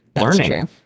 learning